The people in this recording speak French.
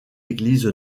église